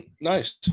Nice